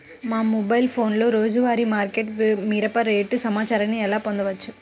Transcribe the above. మా మొబైల్ ఫోన్లలో రోజువారీ మార్కెట్లో మిరప రేటు సమాచారాన్ని ఎలా పొందవచ్చు?